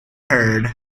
heard